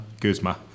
Kuzma